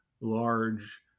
large